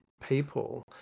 people